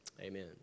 amen